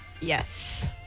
Yes